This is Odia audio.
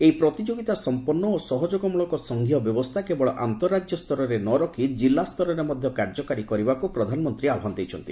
ଏହି ପ୍ରତିଯୋଗିତାସମ୍ପନ୍ନ ଓ ସହଯୋଗମଳକ ସଂଘୀୟ ବ୍ୟବସ୍ଥା କେବଳ ଆନ୍ତଃ ରାଜ୍ୟ ସ୍ତରରେ ନ ରଖି ଜିଲ୍ଲା ସ୍ତରରେ ମଧ୍ୟ କାର୍ଯ୍ୟକାରୀ କରିବାକୁ ପ୍ରଧାନମନ୍ତ୍ରୀ ଆହ୍ୱାନ ଦେଇଛନ୍ତି